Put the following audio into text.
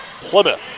Plymouth